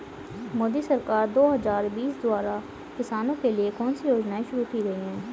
मोदी सरकार दो हज़ार बीस द्वारा किसानों के लिए कौन सी योजनाएं शुरू की गई हैं?